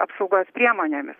apsaugos priemonėmis